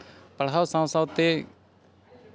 ᱯᱟᱲᱦᱟᱣ ᱥᱟᱶ ᱥᱟᱶᱛᱮ